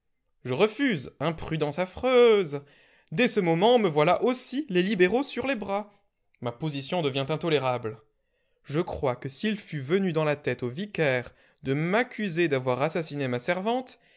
je refuse imprudence affreuse dès ce moment me voilà aussi les libéraux sur les bras ma position devient intolérable je crois que s'il fût venu dans la tête au vicaire de m'accuser d'avoir assassiné ma servante